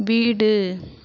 வீடு